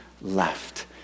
left